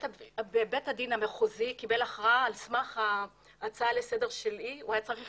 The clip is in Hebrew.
בבית הדין המחוזי קיבל הכרעה על סמך ההצעה לסדר שלי והוא היה צריך